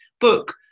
book